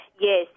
yes